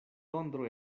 tondro